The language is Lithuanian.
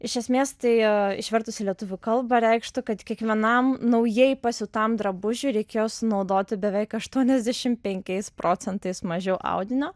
iš esmės tai išvertus į lietuvių kalbą reikštų kad kiekvienam naujai pasiūtam drabužiui reikėjo sunaudoti beveik aštuoniasdešim penkiais procentais mažiau audinio